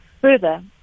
further